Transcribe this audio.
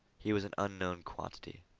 he was an unknown quantity.